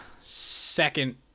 second